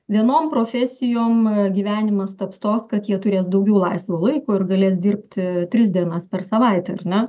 vienom profesijom gyvenimas taps toks kad jie turės daugiau laisvo laiko ir galės dirbti tris dienas per savaitę ar ne